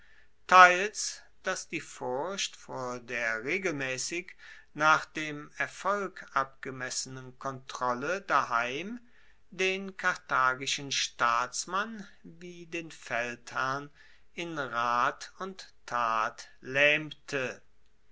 teils dass die furcht vor der regelmaessig nach dem erfolg abgemessenen kontrolle daheim den karthagischen staatsmann wie den feldherrn in rat und tat laehmte